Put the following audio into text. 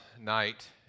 night